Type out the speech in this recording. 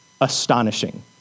astonishing